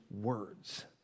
words